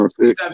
seven